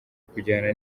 kujyana